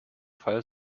fall